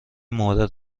مورد